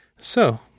So